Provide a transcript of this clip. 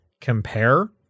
compare